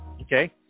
Okay